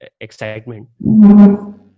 excitement